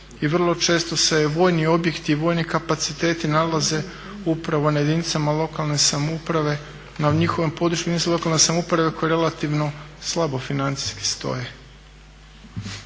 i vrlo često se vojni objekti i vojni kapaciteti nalaze upravo na jedinicama lokalne samouprave na njihovom području jedinice lokalne samouprave koje relativno slabo financijski stoje.